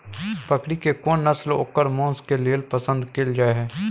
बकरी के कोन नस्ल ओकर मांस के लेल पसंद कैल जाय हय?